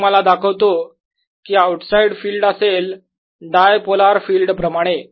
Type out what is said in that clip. मी तुम्हाला दाखवतो की आऊट साईड फील्ड असेल डायपोलार फील्ड प्रमाणे